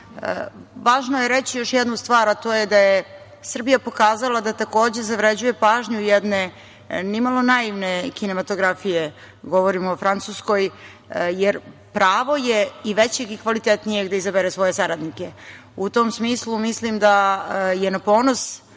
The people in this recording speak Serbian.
važno je reći još jednu stvar, a to je da je Srbija pokazala da takođe zavređuje pažnju jedne ni malo naivne kinematografije, govorim o Francuskoj, jer pravo je i većeg i kvalitetnijeg da izabere svoje saradnike. U tom smislu mislim da je na ponos